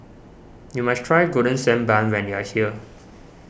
you must try Golden Sand Bun when you are here